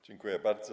Dziękuję bardzo.